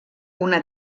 una